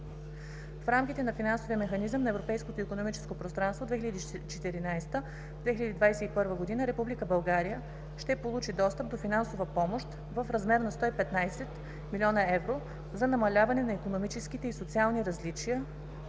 В рамките на Финансовия механизъм на Европейското икономическо пространство 2014 – 2021 Република България ще получи достъп до финансова помощ в размер на 115 млн. евро за намаляване на икономическите и социалните различия